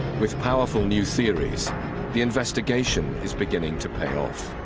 with powerful new theories the investigation is beginning to pay off